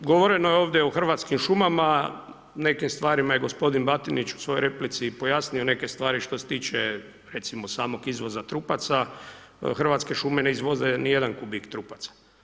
Govoreno je ovdje o Hrvatskim šumama, nekim stvarima je gospodin Batinić u svojoj replici pojasnio neke stvari što se tiče recimo samog izvoza trupaca, Hrvatske šume ne izvoze ni jedan kubik trupaca.